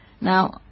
Now